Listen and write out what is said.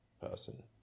person